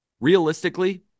Realistically